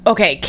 Okay